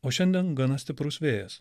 o šiandien gana stiprus vėjas